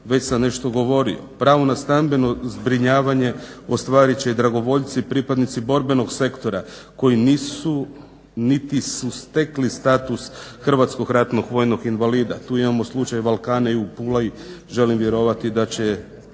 već sam nešto govorio. Pravo na stambeno zbrinjavanje ostvarit će i dragovoljci pripadnici borbenog sektora koji nisu niti su stekli status hrvatskog ratnog vojnog invalida. Tu imamo slučaj Valkane u Puli i želim vjerovati da će